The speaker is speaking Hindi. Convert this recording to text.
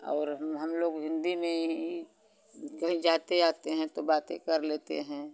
और हम लोग हिन्दी में ही कहीं जाते आते हैं तो बातें कर लेते हैं